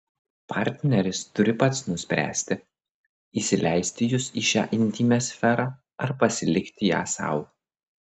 partneris turi pats nuspręsti įsileisti jus į šią intymią sferą ar pasilikti ją sau